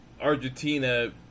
Argentina